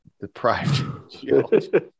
Deprived